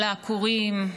על העקורים,